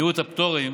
ומיעוט הפטורים